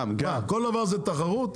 כל דבר זה תחרות?